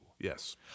Yes